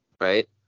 right